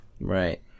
Right